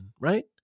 right